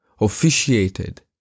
officiated